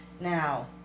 Now